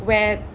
where